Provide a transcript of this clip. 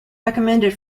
recommended